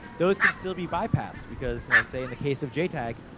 those can still be bypassed. because, you know say in the case of jtag,